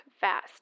fast